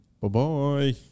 Bye-bye